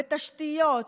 בתשתיות,